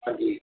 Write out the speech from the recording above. ਹਾਂਜੀ